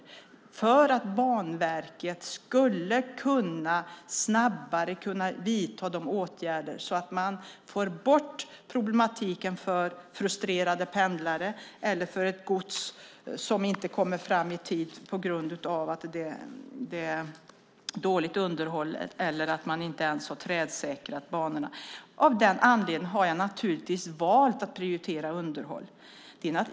Detta görs för att Banverket snabbare ska kunna vidta åtgärder, så att man får bort problematiken för frustrerade pendlare eller med gods som inte kommer fram i tid på grund av att banorna är dåligt underhållna eller för att man inte ens har trädsäkrat dem. Av den anledningen har jag naturligtvis valt att prioritera underhåll.